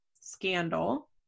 scandal